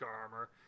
armor